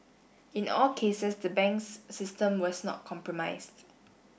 in all cases the banks system was not compromised